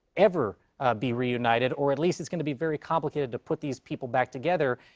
ever be reunited, or, at least, it's gonna be very complicated to put these people back together.